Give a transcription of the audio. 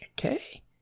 okay